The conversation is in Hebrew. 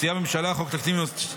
מציעה הממשלה חוק תקציב נוסף,